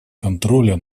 контроля